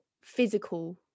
physical